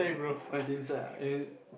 what is chincai ah